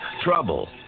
Trouble